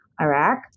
Iraq